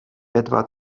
etwa